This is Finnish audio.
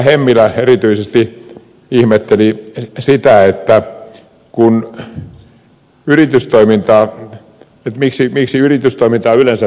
hemmilä erityisesti ihmetteli sitä miksi yritystoimintaa yleensä tuetaan